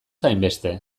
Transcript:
hainbeste